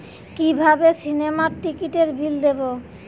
কিভাবে সিনেমার টিকিটের বিল দেবো?